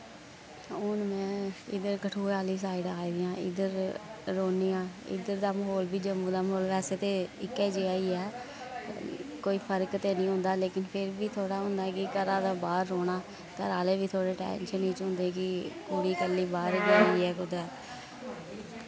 हु'न मैं इध्दर कठुए आह्ली साइड आई दी आं इध्दर रोह्नी आं इध्दर दा म्हौल वी जम्मू दा म्हौल बैसे ते इक्कै जेहा ही ऐ कोई फर्क ते निं होंदा लेकिन फिर बी थोह्ड़ा होंदा ऐ कि घरा दा बाह्र रौह्ना घरे आह्ले बी थोह्ड़े टैंशन च होंदे कि कुड़ी कल्ली बाह्र गेई ऐ कुतै